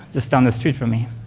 just down the street from me.